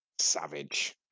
savage